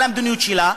על המדיניות שלה,